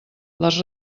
les